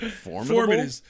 Formidable